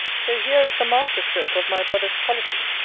so here is the master-stroke of my brother's policy!